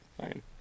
Fine